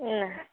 ନା